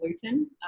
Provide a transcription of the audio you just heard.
gluten